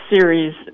series